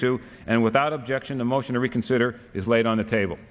to and without objection the motion to reconsider is laid on the table